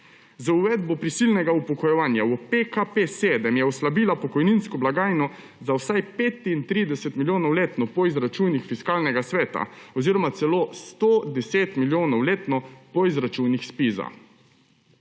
Z uvedbo prisilnega upokojevanja v PKP7 se je oslabilo pokojninsko blagajno za vsaj 35 milijonov letno po izračunih Fiskalnega sveta oziroma celo 110 milijonov letno po izračunih Zpiza.